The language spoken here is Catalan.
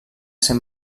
ser